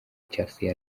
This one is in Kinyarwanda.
chelsea